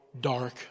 dark